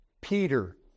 Peter